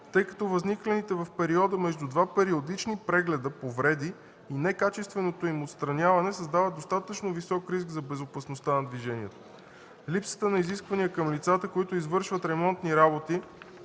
тъй като възникналите в периода между два периодични прегледа повреди и некачественото им отстраняване създават достатъчно висок риск за безопасността на движението. Липсата на изисквания към лицата, които извършват ремонтни работи,